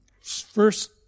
first